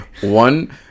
One